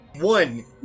One